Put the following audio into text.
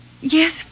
Yes